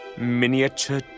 Miniature